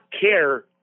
care